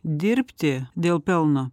dirbti dėl pelno